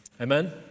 amen